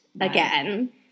again